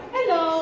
Hello